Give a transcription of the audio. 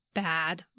bad